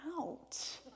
out